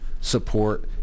support